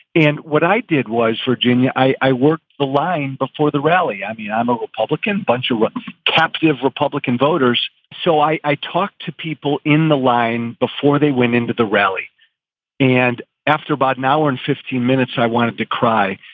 and what i did was virginia i worked the line before the rally. i mean, i'm a republican, bunch of rough captive republican voters. so i i talk to people in the line before they went into the rally and after about an and fifteen minutes, i wanted to cry.